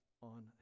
on